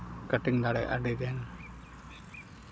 ᱠᱟᱴᱤᱱ ᱫᱟᱲᱮᱭᱟᱜᱼᱟ ᱟᱹᱰᱤᱜᱟᱱ